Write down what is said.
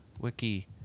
wiki